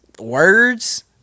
words